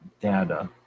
data